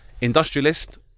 industrialist